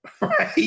right